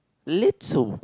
little